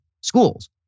schools